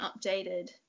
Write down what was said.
updated